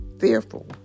fearful